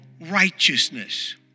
righteousness